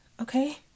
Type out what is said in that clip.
okay